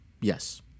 Yes